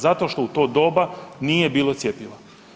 Zato što u to doba nije bilo cjepiva.